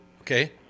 Okay